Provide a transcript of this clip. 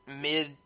mid